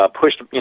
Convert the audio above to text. pushed